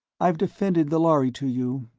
i've defended the lhari to you,